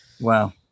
Wow